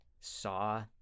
saw